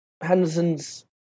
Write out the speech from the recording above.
Henderson's